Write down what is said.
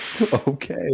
okay